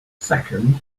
second